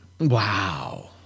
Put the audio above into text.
Wow